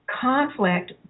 conflict